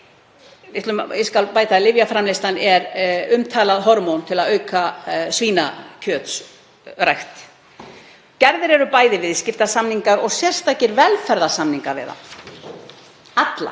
við að þessi lyfjaframleiðsla er umtalað hormón til að auka svínakjötsrækt. — „Gerðir eru bæði viðskiptasamningar og sérstakir velferðarsamningar við þá alla.